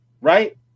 right